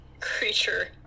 creature